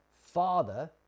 Father